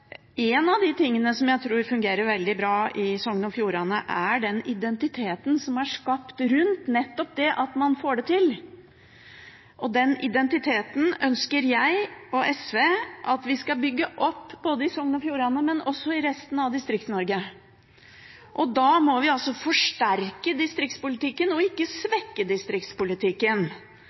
av det som jeg tror fungerer veldig bra i Sogn og Fjordane, er den identiteten som er skapt rundt nettopp det at man får det til, og den identiteten ønsker jeg og SV at vi skal bygge opp både i Sogn og Fjordane og i resten av Distrikts-Norge. Da må vi altså forsterke distriktspolitikken og ikke